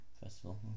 Festival